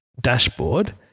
dashboard